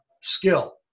skill